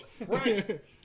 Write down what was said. Right